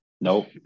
Nope